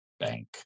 bank